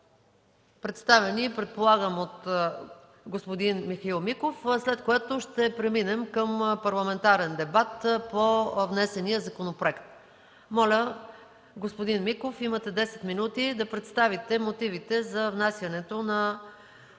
представени от господин Михаил Миков, след което ще преминем към парламентарен дебат по внесения законопроект. Моля, господин Миков, имате десет минути да представите мотивите за внасянето на